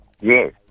Yes